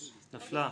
6 נמנעים,